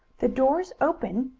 the door is open.